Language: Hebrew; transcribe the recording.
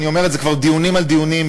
ואני אומר את זה כבר דיונים על דיונים,